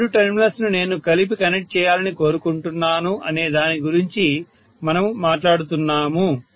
ఏ రెండు టెర్మినల్స్ ను నేను కలిపి కనెక్ట్ చేయాలని కోరుకుంటున్నాను అనే దాని గురించి మనము మాట్లాడుతున్నాము